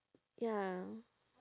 ya